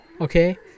Okay